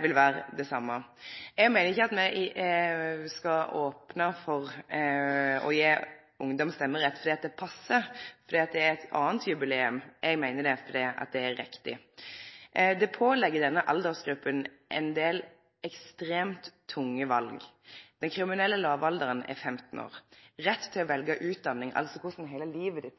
vil føle det same om dei debattane me har om stemmerett her i dag. Eg meiner ikkje at me skal opne for å gje ungdom stemmerett fordi det passar, fordi det er eit anna jubileum. Eg meiner det fordi det er riktig. Det kviler ein del ekstremt tunge val på denne aldersgruppa. Den kriminelle lågalderen er 15 år. Retten til å velje utdanning, altså korleis heile livet ditt